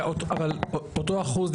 אבל אותו אחוז,